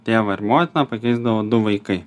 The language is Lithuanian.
tėvą ir motiną pakeisdavo du vaikai